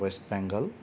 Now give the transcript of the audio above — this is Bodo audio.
वेस्ट बेंगल